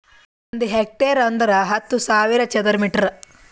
ಒಂದ್ ಹೆಕ್ಟೇರ್ ಅಂದರ ಹತ್ತು ಸಾವಿರ ಚದರ ಮೀಟರ್